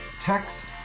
text